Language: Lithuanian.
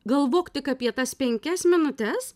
galvok tik apie tas penkias minutes